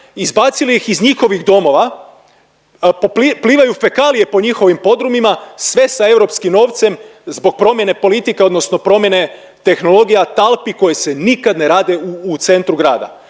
izbacili ih iz njihovih domova, plivaju fekalije po njihovim podrumima sve sa europskim novcem zbog promjene politika odnosno promjene tehnologija talpi koje se nikad ne rade u centru grada.